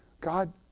God